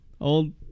Old